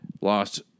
Lost